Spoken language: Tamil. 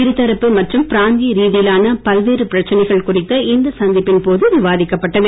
இருதரப்பு மற்றும் பிராந்திய ரீதியிலான பல்வேறு பிரச்னைகள் குறித்து இந்த சந்திப்பின் போது விவாதிக்கப்பட்டது